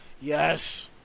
Yes